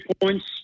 points